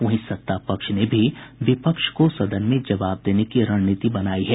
वहीं सत्तापक्ष ने भी विपक्ष को सदन में जवाब देने की रणनीति बनायी है